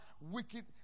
wicked